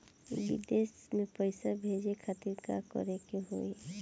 विदेश मे पैसा भेजे खातिर का करे के होयी?